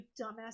dumbass